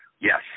Yes